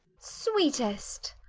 sweetest.